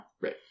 Right